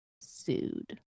sued